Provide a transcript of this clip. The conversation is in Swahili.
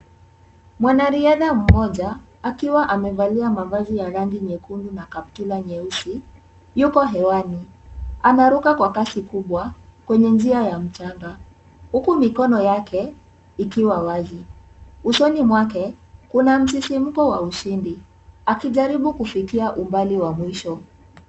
Mwanariadha mmoja akiwa amevalia mavazi ya rangi nyekundu na kaptula nyeusi yuko hewani. Anaruka kwa kasi kubwa kwenye njia ya mchanga huku mikono yake ikiwa wazi. Usoni mwake kuna msisimko wa ushindi akijaribu kufikia umbali wa mwisho.